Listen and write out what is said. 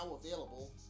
available